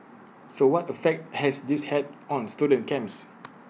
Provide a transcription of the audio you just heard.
so what effect has this had on student camps